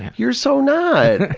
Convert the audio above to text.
you're so not!